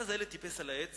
ואז הילד טיפס על העץ